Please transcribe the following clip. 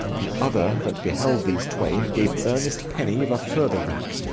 the other, that beheld these twain give earnest penny of a further wrack,